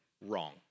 wrong